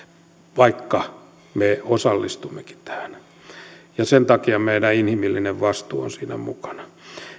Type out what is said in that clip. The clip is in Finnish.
vaikka me osallistummekin tähän sen takia meidän inhimillinen vastuumme on siinä mukana